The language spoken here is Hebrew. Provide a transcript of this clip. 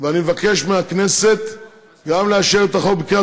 ואני מבקש מהכנסת גם לאשר את החוק בקריאה